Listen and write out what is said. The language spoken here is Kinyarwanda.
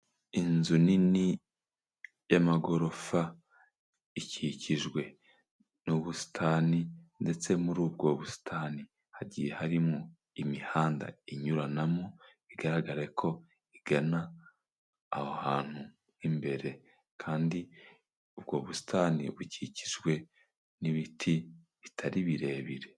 Inzu nini y'amagorofa ikikijwe n'ubusitani ndetse muri ubwo busitani hagiye harimo imihanda inyuranamo bigaragare ko igana ahantu imbere, kandi ubwo busitani bukikijwe n'ibiti bitari birebire.